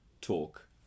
talk